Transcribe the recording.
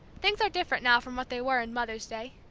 things are different now from what they were in mother's day.